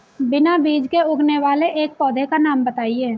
बिना बीज के उगने वाले एक पौधे का नाम बताइए